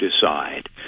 decide